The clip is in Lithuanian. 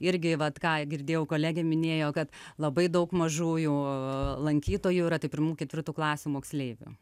irgi vat ką girdėjau kolegė minėjo kad labai daug mažųjų lankytojų yra tai pirmų ketvirtų klasių moksleivių